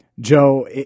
Joe